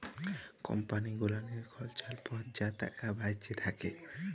কম্পালি গুলালের খরচার পর যা টাকা বাঁইচে থ্যাকে